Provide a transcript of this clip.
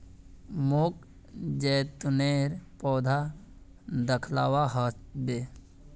मोक जैतूनेर पौधा दखवा ह बे